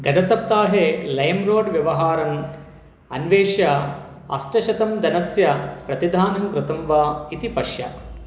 गतसप्ताहे लैं रोड् व्यवहारन् अन्वेष्य अष्टशतं धनस्य प्रतिदानं कृतं वा इति पश्य